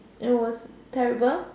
it was terrible